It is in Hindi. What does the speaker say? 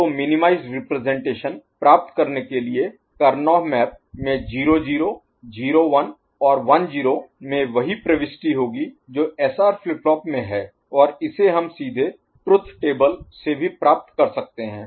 तो मिनीमाइजड रिप्रजेंटेशन प्राप्त करने के लिए करनौह मैप में 0 0 0 1 और 1 0 में वही प्रविष्टि होगी जो SR फ्लिप फ्लॉप में है और इसे हम सीधे ट्रुथ टेबल से भी प्राप्त कर सकते हैं